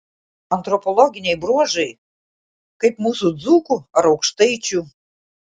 antropologiniai bruožai kaip mūsų dzūkų ar aukštaičių